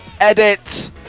edit